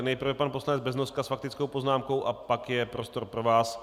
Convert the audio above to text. Nejprve pan poslanec Beznoska s faktickou poznámkou a pak je prostor pro vás.